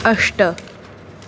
अष्ट